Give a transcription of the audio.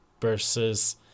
versus